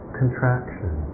contraction